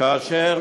כאשר